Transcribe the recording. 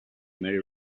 mary